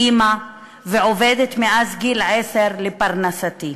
אימא, ועובדת מאז גיל עשר לפרנסתי.